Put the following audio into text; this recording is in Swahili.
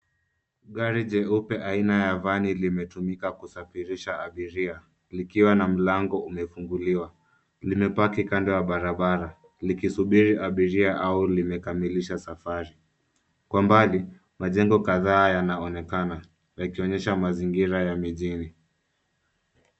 Gari jeupe aina ya vani limetumika kusafirisha abiria likiwa na mlango umefunguliwa. Limepaki kando ya barabara likisubiri abiria au limekamilisha safari. Kwa mbali kuna jengo kadhaa yanaonekana yakionyesha mazingira ya mijini.